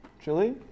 chili